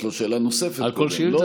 יש לו שאלה נוספת, על כל שאילתה?